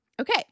okay